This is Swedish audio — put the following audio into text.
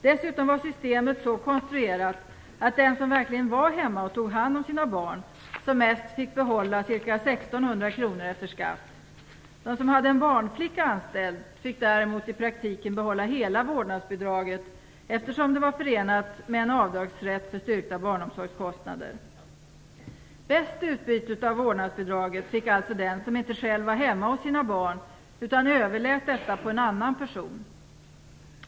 Dessutom var systemet så konstruerat att den som verkligen var hemma och tog hand om sina barn som mest fick behålla ca 1 600 kr efter skatt. Den som hade en barnflicka anställd fick däremot i praktiken behålla hela vårdnadsbidraget, eftersom det var förenat med en avdragsrätt för styrkta barnomsorgskostnader. Bäst utbyte av vårdnadsbidraget fick alltså den som inte själv var hemma hos sina barn utan överlät detta på en annan person.